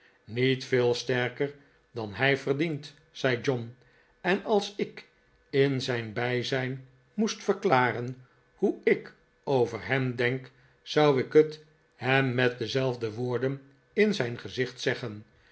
niet veel sterker dan hij verdient zei john en als ik in zijn bijzijn moest verklaren hoe ik over hem denk zou ik het hem met dezelfde woorden in zijn gezicht zeggen